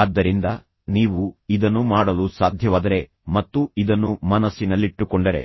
ಆದ್ದರಿಂದ ನೀವು ಇದನ್ನು ಮಾಡಲು ಸಾಧ್ಯವಾದರೆ ಮತ್ತು ಇದನ್ನು ಮನಸ್ಸಿನಲ್ಲಿಟ್ಟುಕೊಂಡರೆ